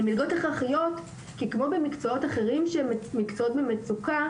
הן מלגות הכרחיות כי כמו במקצועות אחרים שהם מקצועות במצוקה